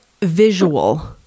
visual